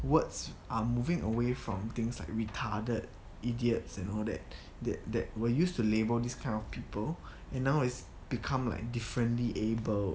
words are moving away from things like retarded idiots and all that that that were used to label this kind of people and now it's become like differently abled